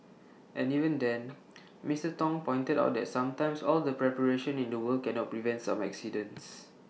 and even then Mister Tong pointed out that sometimes all the preparation in the world cannot prevent some accidents